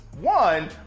One